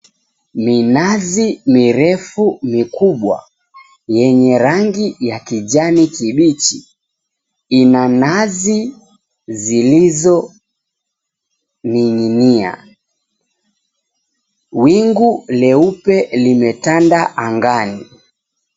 Minazi mirefu mikubwa, yenye rangi ya kijani kibichi, ina nazi zilizoning'inia. Wingu leupe limetanda angani.